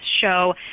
show